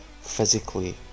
physically